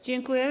Dziękuję.